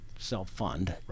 self-fund